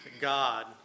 God